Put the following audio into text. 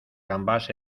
gambas